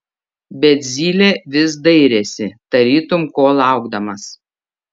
bet zylė vis dairėsi tarytum ko laukdamas